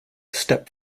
step